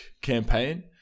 campaign